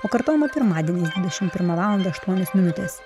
o kartojama pirmadieniais dvidešim pirmą valandą aštuonios minutės